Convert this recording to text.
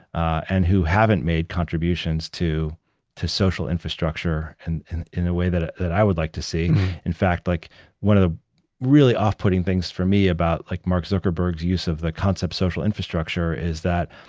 and who haven't made contributions to to social infrastructure and in a way that ah that i would like to see in fact, like one of the really off-putting things for me about like mark zuckerberg's use of the concept social infrastructure is that,